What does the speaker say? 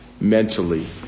mentally